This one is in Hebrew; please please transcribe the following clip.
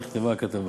נכתבה הכתבה.